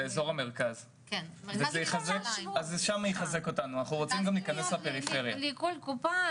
הדבר הזה הוא זה שגרם לנו עכשיו להיות חייבים במס